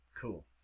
Cool